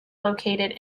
located